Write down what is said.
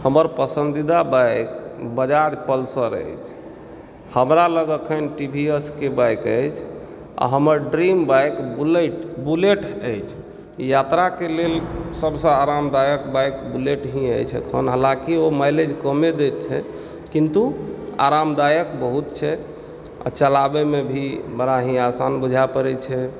हमर पसन्दीदा बाइक बजाज पल्सर अछि हमरा लग अखन टी वी एस के बाइक अछि आ हमर ड्रीम बाइक बुलेट अछि यात्राके लेल सभसँ आरामदायक बाइक बुलेट ही अछि अखन हालाँकि ओ माइलेज कमे दैत छै किन्तु आरामदायक बहुत छै आ चलाबयमे भी बड़ा ही आसान बुझाइ पड़ैत छै